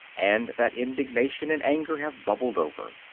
and that indignation and anger have bubbled over.